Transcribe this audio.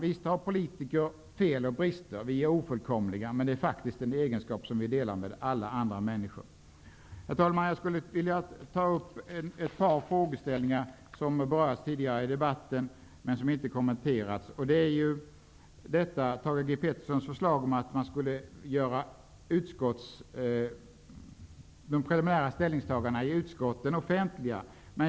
Visst har politiker fel och brister. Vi är ofullkomliga. Men det är faktiskt en egenskap som vi delar med alla andra människor. Herr talman! Jag skulle också vilja ta upp en frågeställning som har berörts tidigare i debatten men som inte har kommenterats. Det gäller Thage G. Petersons förslag att man skulle göra de preliminära ställningstagandena i utskotten offentliga.